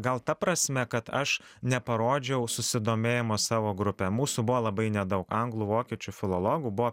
gal ta prasme kad aš neparodžiau susidomėjimo savo grupe mūsų buvo labai nedaug anglų vokiečių filologų buvo